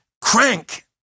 crank